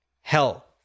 Hell